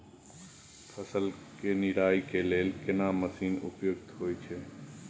फसल के निराई के लेल केना मसीन उपयुक्त होयत छै?